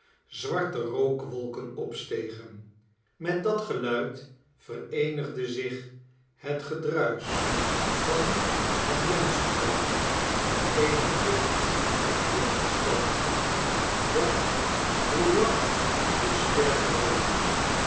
zwarte rookwolken opstegen met dat geluid vereenigde zich het gedruis van het menschengewoel eener dichtbevolkte stad dat hoe langer hoe sterker werd